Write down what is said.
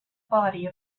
body